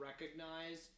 recognize